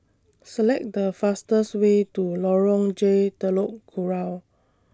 Select The fastest Way to Lorong J Telok Kurau